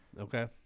Okay